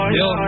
yo